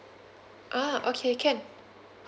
ah okay can